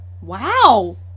Wow